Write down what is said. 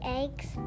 eggs